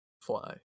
fly